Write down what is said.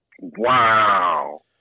Wow